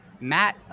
Matt